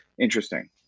interesting